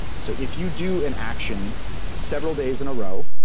so if you do an action several days in a row,